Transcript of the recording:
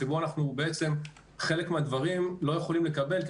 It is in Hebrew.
שבו חלק מהדברים אנחנו לא יכולים לקבל כי